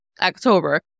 October